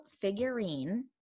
figurine